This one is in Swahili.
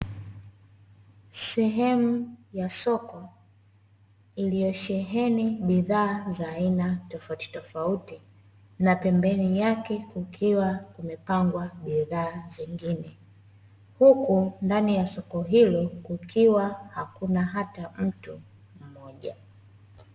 Sehemu ya soko iliyo sheheni bidhaa za aina tofauti tofauti, na pembeni yake kukiwa kumepangwa bidhaa zingine, huku ndani ya soko hilo kukiwa hakuna hata mtu mmoja.